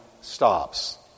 stops